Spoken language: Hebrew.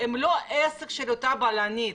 הם לא עסק של אותה בלנית.